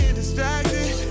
distracted